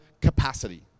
capacity